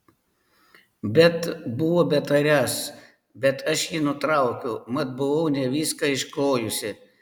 bet buvo betariąs bet aš jį nutraukiau mat buvau ne viską išklojusi